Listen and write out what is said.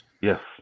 yes